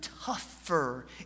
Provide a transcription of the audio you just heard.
tougher